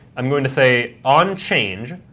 i'm going to say, onchange.